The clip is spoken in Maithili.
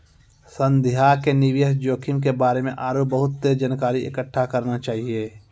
संध्या के निवेश जोखिम के बारे मे आरु बहुते जानकारी इकट्ठा करना चाहियो